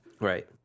Right